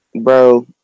bro